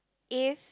if